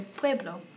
pueblo